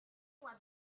were